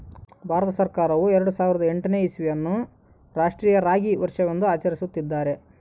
ಭಾರತ ಸರ್ಕಾರವು ಎರೆಡು ಸಾವಿರದ ಎಂಟನೇ ಇಸ್ವಿಯನ್ನು ಅನ್ನು ರಾಷ್ಟ್ರೀಯ ರಾಗಿ ವರ್ಷವೆಂದು ಆಚರಿಸುತ್ತಿದ್ದಾರೆ